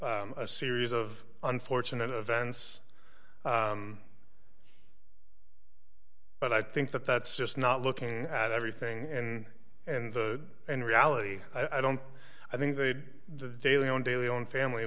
e a series of unfortunate events but i think that that's just not looking at everything and and in reality i don't i think they did the daily on daily own family